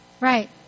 Right